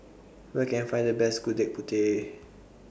Where Can I Find The Best Gudeg Putih